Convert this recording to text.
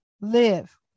live